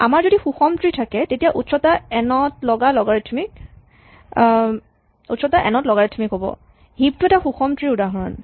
আমাৰ যদি সুষম ট্ৰী থাকে তেতিয়া উচ্চতাটো এন ত লগাৰিথমিক হ'ব হিপ এটা সুষম ট্ৰী ৰ উদাহৰণ